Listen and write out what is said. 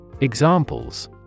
Examples